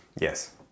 Yes